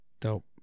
Dope